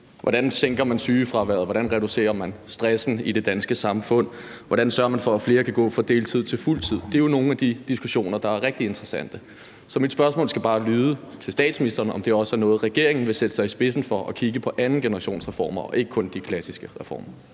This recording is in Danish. hvordan man sænker sygefraværet, hvordan man reducerer stressen i det danske samfund, og hvordan man sørger for, at flere kan gå fra deltid til fuldtid. Det er jo nogle af de diskussioner, der er rigtig interessante. Så mit spørgsmål til statsministeren skal bare være, om det også er noget, denne regering vil sætte sig i spidsen for at kigge på, altså andengenerationsreformer, så det ikke kun er de klassiske reformer.